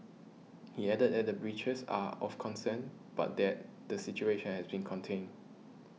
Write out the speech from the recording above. he added that the breaches are of concern but that the situation has been contained